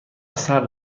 سرد